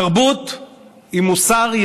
תרבות היא מוסר,